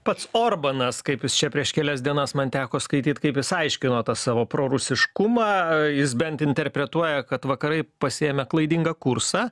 pats orbanas kaip jis čia prieš kelias dienas man teko skaityt kaip jis aiškino tą savo prorusiškumą jis bent interpretuoja kad vakarai pasiėmė klaidingą kursą